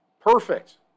Perfect